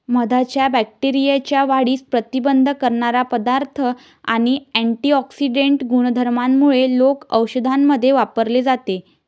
मधाच्या बॅक्टेरियाच्या वाढीस प्रतिबंध करणारा पदार्थ आणि अँटिऑक्सिडेंट गुणधर्मांमुळे लोक औषधांमध्ये वापरले जाते